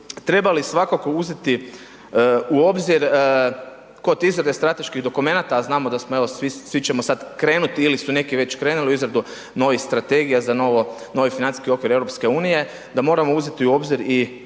trebali svakako uzeti u obzir kod izrade strateških dokumenata, a znamo da smo, evo svi ćemo sad krenuti ili su neki već krenuli u izradu novih strategija za novi financijski okvir EU, da moramo uzeti u obzir i